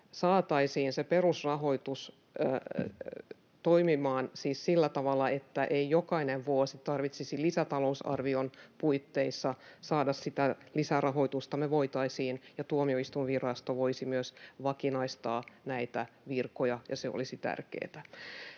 saataisiin se perusrahoitus toimimaan sillä tavalla, että ei joka vuosi tarvitsisi lisätalousarvion puitteissa saada sitä lisärahoitusta, niin me voitaisiin ja Tuomioistuinvirasto voisi myös vakinaistaa näitä virkoja, ja se olisi tärkeätä.